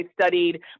studied